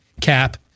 cap